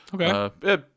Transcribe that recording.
Okay